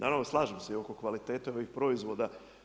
Naravno slažem se i oko kvalitete ovih proizvoda.